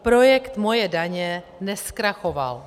Projekt Moje daně nezkrachoval.